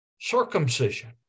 Circumcision